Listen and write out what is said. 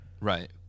Right